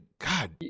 God